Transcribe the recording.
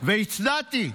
הצדעתי,